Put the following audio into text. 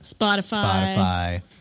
Spotify